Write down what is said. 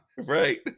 Right